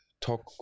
talk